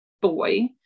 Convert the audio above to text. boy